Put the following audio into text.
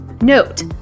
Note